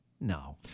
No